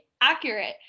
accurate